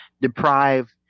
deprive